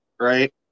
right